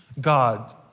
God